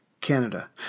Canada